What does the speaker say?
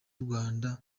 rwanda